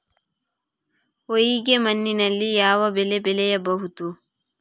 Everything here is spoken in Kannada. ಹೊಯ್ಗೆ ಮಣ್ಣಿನಲ್ಲಿ ಯಾವ ಬೆಳೆ ಬೆಳೆಯಬಹುದು?